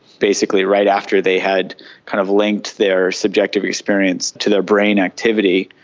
basically right after they had kind of linked their subjective experience to their brain activity.